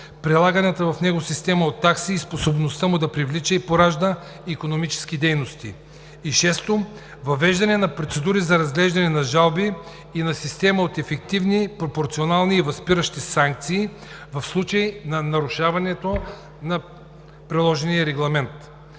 прилаганата в него система от такси и способността му да привлича и поражда икономически дейности. Шесто, въвеждане на процедури за разглеждане на жалби и на система от ефективни, пропорционални и възпиращи санкции в случай на нарушаването на приложения регламент.